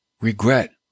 Regret